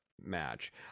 match